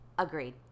Agreed